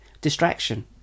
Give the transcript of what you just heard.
distraction